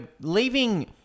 leaving